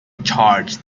charge